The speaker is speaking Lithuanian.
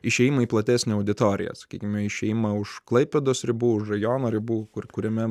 išėjimą į platesnę auditoriją sakykime išėjimą už klaipėdos ribų už rajono ribų kur kuriame